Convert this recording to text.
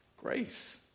grace